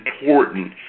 important